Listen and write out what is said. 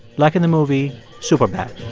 like in the movie superbad.